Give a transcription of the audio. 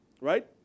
right